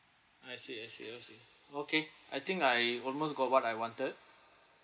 I see I see I see okay I think I almost got what I wanted